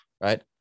right